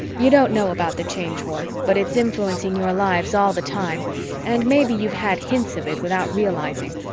you don't know about the change war, but it's influencing your lives all the time and maybe you've had hints of it without realizing.